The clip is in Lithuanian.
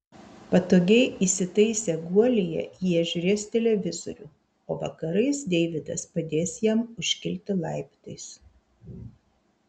patogiai įsitaisę guolyje jie žiūrės televizorių o vakarais deividas padės jam užkilti laiptais